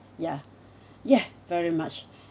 ya yeah very much